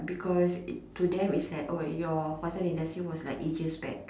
because to them is like your hotel industry was like ages back